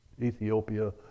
Ethiopia